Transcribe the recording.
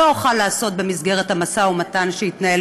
לא אוכל לעשות זאת במסגרת המשא-ומתן שהתנהל